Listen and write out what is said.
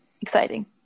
exciting